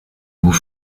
goût